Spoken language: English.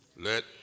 let